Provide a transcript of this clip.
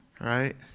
Right